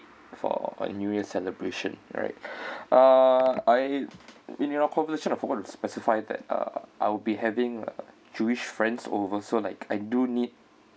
for new years celebration right uh I in our conversation I forgot to specify that uh I'll be having jewish friends over so like I do need